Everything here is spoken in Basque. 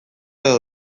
edo